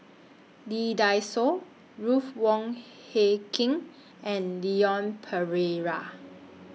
Lee Dai Soh Ruth Wong Hie King and Leon Perera